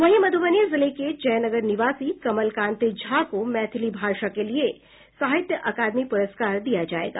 वहीं मध्रबनी जिले के जयनगर निवासी कमल कांत झा को मैथिली भाषा के लिए साहित्य अकादमी पुरस्कार दिया जायेगा